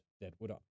Deadwood